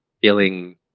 feeling